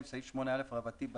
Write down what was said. סעיף 8א - בטל.